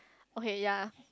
okay ya